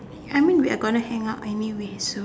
I mean we are gonna hang out anyway so